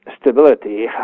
stability